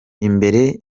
imbere